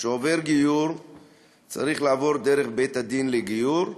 שעובר גיור צריך לעבור דרך בית-הדין לגיור,